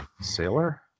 Sailor